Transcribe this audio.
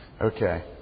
Okay